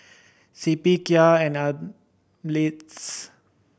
C P Kia and Ameltz